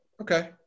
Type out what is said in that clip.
Okay